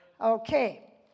Okay